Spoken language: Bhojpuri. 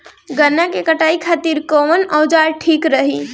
गन्ना के कटाई खातिर कवन औजार ठीक रही?